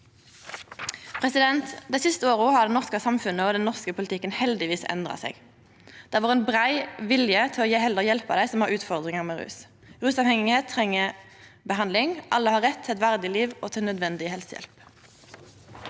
Dei siste åra har det norske samfunnet og den norske politikken heldigvis endra seg. Det har vore ein brei vilje til heller å hjelpa dei som har utfordringar med rus. Rusavhengige treng behandling. Alle har rett til eit verdig liv og til nødvendig helsehjelp.